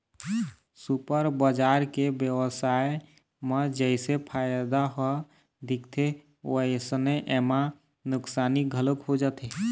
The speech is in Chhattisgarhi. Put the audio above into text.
सुपर बजार के बेवसाय म जइसे फायदा ह दिखथे वइसने एमा नुकसानी घलोक हो जाथे